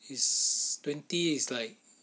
is twenty is like